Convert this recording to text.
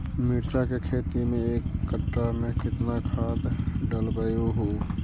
मिरचा के खेती मे एक कटा मे कितना खाद ढालबय हू?